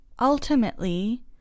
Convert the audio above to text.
ultimately